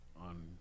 on